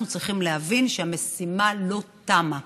אנחנו צריכים להבין שהמשימה לא תמה.